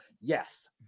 Yes